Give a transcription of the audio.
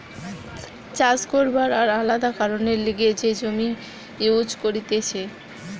চাষ করবার আর আলাদা কারণের লিগে যে জমি ইউজ করতিছে